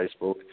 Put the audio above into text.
Facebook